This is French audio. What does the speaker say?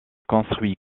construit